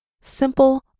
Simple